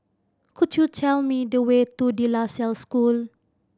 could you tell me the way to De La Salle School